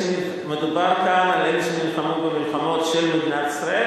מדובר כאן על אלה שנלחמו במלחמות של מדינת ישראל